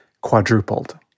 quadrupled